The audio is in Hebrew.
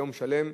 יום שלם.